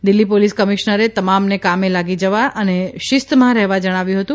Delhi police કમિશ્નરે તમામને કામે લાગી જવા અને શિસ્તમાં રહેવા જણાવ્યુ હતું